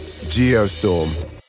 Geostorm